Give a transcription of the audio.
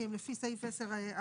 כי הן לפי סעיף 10(א)(1),